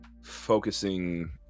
focusing